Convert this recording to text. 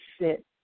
sit